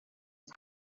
his